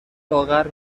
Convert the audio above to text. لاغر